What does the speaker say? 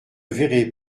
verrez